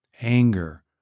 Anger